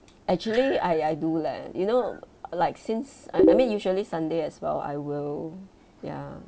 actually I I do leh you know like since I mean usually sunday as well I will ya